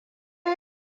yi